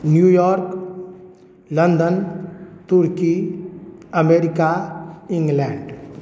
New York London turkey America England